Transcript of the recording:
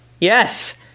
Yes